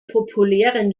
populären